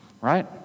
right